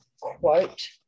quote